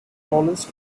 tallest